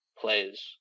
plays